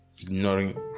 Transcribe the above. Ignoring